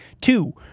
two